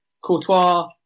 Courtois